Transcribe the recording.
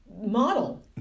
model